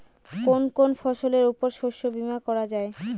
কোন কোন ফসলের উপর শস্য বীমা করা যায়?